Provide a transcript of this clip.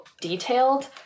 detailed